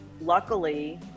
luckily